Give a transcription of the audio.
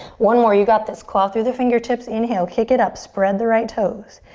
one more, you got this. claw through the fingertips. inhale, kick it up. spread the right toes.